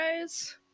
guys